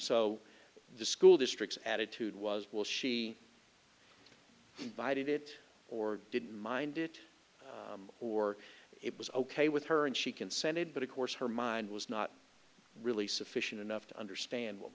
so the school districts attitude was will she bided it or didn't mind it or it was ok with her and she consented but of course her mind was not really sufficient enough to understand what